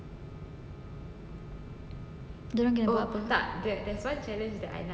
dia orang buat apa